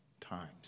times